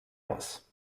aus